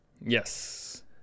Yes